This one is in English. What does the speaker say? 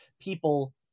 people